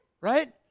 Right